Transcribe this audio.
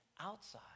outside